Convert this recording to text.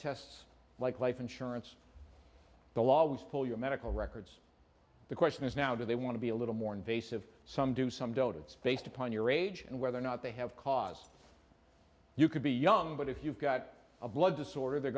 tests like life insurance the law was pull your medical records the question is now do they want to be a little more invasive some do some don't it's based upon your age and whether or not they have caused you could be young but if you've got a blood disorder they're